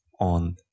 on